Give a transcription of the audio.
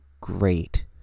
great